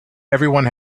everyone